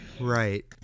Right